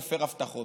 מי מפר הבטחות.